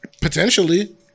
Potentially